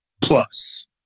plus